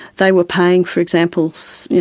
they were paying for example, so yeah